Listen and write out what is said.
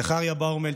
זכריה באומל,